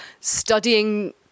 studying